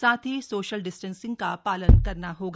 साथ ही social distancing का पालन करना होगा